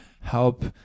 help